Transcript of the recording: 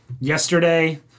yesterday